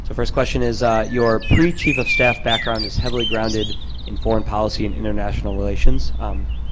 first question is your pre-chief of staff background is heavily grounded in foreign policy and international relations. um